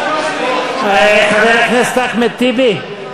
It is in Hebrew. חבר הכנסת אחמד טיבי,